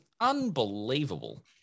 unbelievable